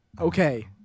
Okay